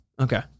Okay